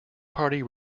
party